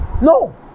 No